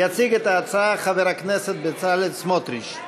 יציג את ההצעה חבר הכנסת בצלאל סמוטריץ.